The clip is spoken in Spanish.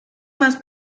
más